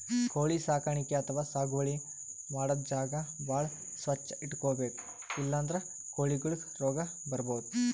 ಕೋಳಿ ಸಾಕಾಣಿಕೆ ಅಥವಾ ಸಾಗುವಳಿ ಮಾಡದ್ದ್ ಜಾಗ ಭಾಳ್ ಸ್ವಚ್ಚ್ ಇಟ್ಕೊಬೇಕ್ ಇಲ್ಲಂದ್ರ ಕೋಳಿಗೊಳಿಗ್ ರೋಗ್ ಬರ್ಬಹುದ್